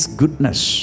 goodness